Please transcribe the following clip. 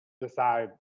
decide